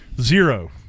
Zero